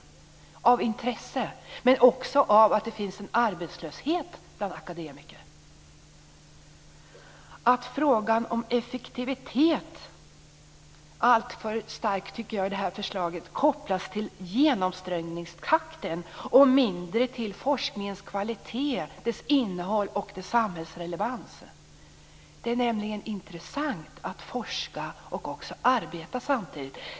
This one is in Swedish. De gör det av intresse men också därför att det finns en arbetslöshet bland akademiker. Frågan om effektivitet kopplas, tycker jag, i det här förslaget allt för starkt till genomströmningstakten och mindre till forskningens kvalitet, dess innehåll och samhällsrelevans. Det är nämligen intressant att forska och arbeta samtidigt.